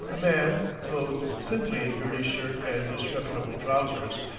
a man, clothed simply in dirty shirt and disreputable trousers,